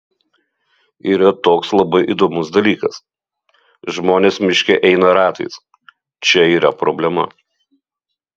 yra toks labai įdomus dalykas žmonės miške eina ratais čia yra problema